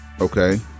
okay